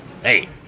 Hey